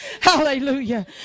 Hallelujah